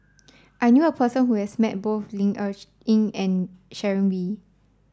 I knew a person who has met both Ling Cher Eng and Sharon Wee